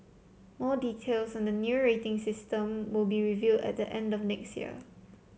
more details on the new rating system will be revealed at the end of next year